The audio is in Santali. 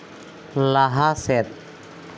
ᱞᱟᱦᱟ ᱥᱮᱫ